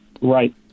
Right